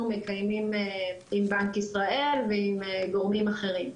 מקיימים עם בנק ישראל ועם גורמים אחרים.